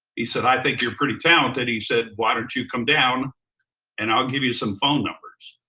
he said, i think you're pretty talented. he said, why don't you come down and i'll give you some phone numbers.